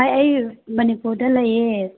ꯑꯩ ꯃꯅꯤꯄꯨꯔꯗ ꯂꯩꯌꯦ